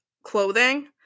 Clothing